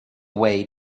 way